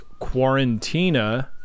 Quarantina